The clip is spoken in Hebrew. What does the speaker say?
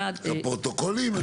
הפרוטוקולים?